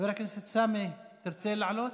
חבר הכנסת סמי, תרצה לעלות?